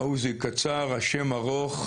העוזי קצר, השם ארוך: